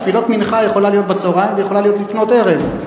תפילת מנחה יכולה להיות בצהריים ויכולה להיות לפנות ערב.